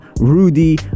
Rudy